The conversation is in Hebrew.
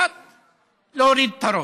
קצת להוריד את הראש.